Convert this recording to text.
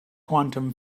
quantum